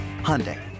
Hyundai